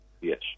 Yes